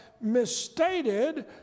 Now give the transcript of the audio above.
misstated